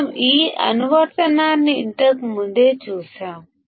మనం ఈ అనువర్తనాన్ని ఇంతకు ముందు కూడా చూశాము